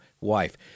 wife